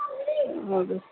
اَدٕ حظ